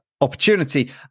opportunity